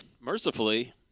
Mercifully